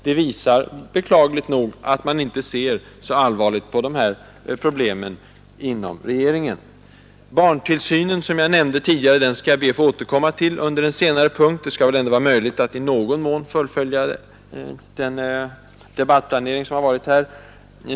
Det visar att man inom regeringen inte ser särskilt allvarligt på dessa problem. Barntillsynen, som jag nämnde tidigare, skall jag återkomma till under en senare punkt. Det bör väl ändå vara möjligt att i någon mån fullfölja den debattplanering som föreligger.